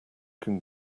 can